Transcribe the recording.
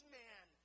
man